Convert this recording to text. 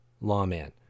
Lawman